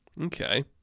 Okay